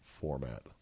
format